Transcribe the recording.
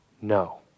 No